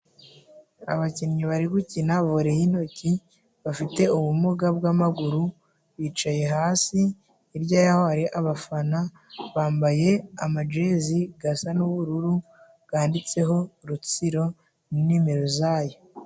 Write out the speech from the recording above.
Abakinnyi bari gukina vore y'intoki bafite ubumuga bw'amaguru bicaye hasi, hirya yabo hari abafana bambaye amajezi asa n'ubururu yanditseho Rutsiro na nimero zayo.